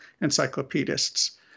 encyclopedists